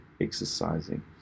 exercising